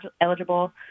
eligible